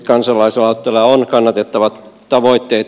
kansalaisaloitteella on kannatettavat tavoitteet